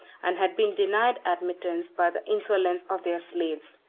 and had been denied admittance by the insolence of their slaves.